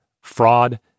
fraud